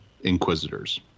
inquisitors